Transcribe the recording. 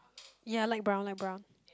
ya light brown light brown